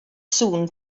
sŵn